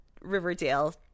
Riverdale